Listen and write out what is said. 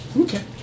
Okay